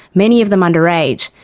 many of them underage,